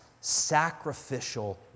sacrificial